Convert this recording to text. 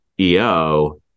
EO